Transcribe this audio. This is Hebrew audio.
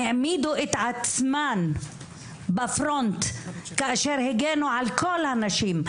ארגוני הנשים האלה העמידו את עצמם בפרונט כאשר הגנו על כל הנשים.